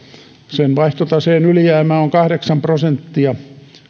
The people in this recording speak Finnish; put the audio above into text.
sen vaihtotaseen ylijäämä on kahdeksan prosenttia